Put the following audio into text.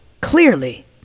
clearly